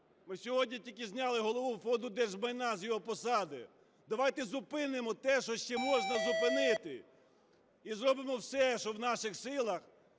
Ми сьогодні тільки зняли Голову Фонду держмайна з його посади, давайте зупинимо те, що ще можна зупинити, і зробимо все, що в наших силах,